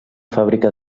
fàbrica